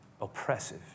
oppressive